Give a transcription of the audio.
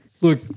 Look